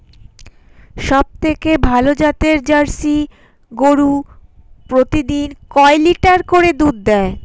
সবথেকে ভালো জাতের জার্সি গরু প্রতিদিন কয় লিটার করে দুধ দেয়?